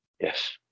Yes